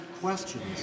questions